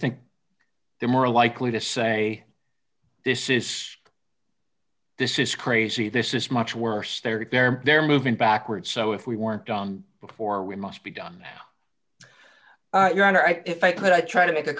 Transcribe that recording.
think they're more likely to say this is this is crazy this is much worse they're there they're moving backwards so if we weren't on before we must be done that your honor if i could i try to make a